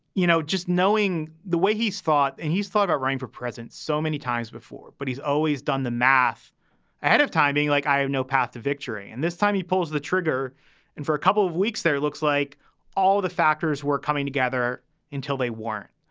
you know, just knowing the way he's thought and he's thought about running for president so many times before. but he's always done the math ahead of timing like i have no path to victory. and this time he pulls the trigger and for a couple of weeks, then it looks like all the factors were coming together until they weren't.